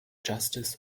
justice